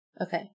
Okay